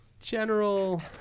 General